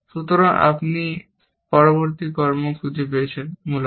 সুতরাং আপনি পরবর্তী কর্ম খুঁজে পেয়েছেন মূলত